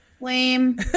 lame